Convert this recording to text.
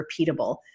repeatable